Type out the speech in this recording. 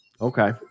Okay